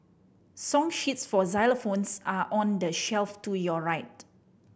song sheets for xylophones are on the shelf to your right